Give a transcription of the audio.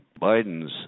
Biden's